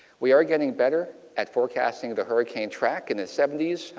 we are getting better at forecasting the hurricane track in the seventy s.